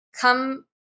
come